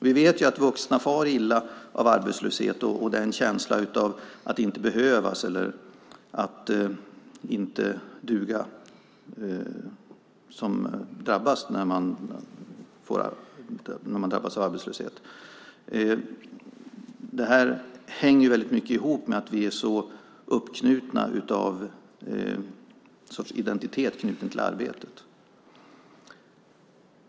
Vi vet att vuxna far illa av arbetslöshet och känslan av att inte behövas eller inte duga. Det hänger mycket ihop med att vår identitet är så knuten till arbetet.